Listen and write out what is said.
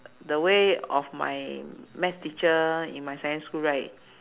the way of my maths teacher in my secondary school right